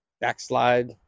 backslide